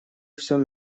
всем